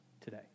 today